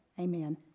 Amen